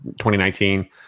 2019